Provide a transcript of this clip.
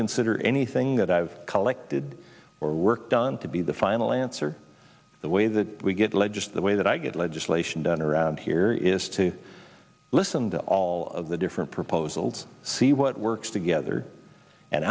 consider anything that i've collected or work done to be the final answer the way that we get led just the way that i get legislation done around here is to listen to all of the different proposals see what works together and